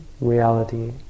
reality